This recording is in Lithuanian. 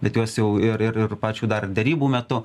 bet jos jau ir ir pačio dar derybų metu